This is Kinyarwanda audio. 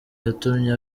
yatumye